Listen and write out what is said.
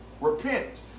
Repent